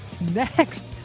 Next